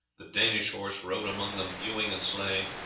the danish horse rode among them hewing and slaying,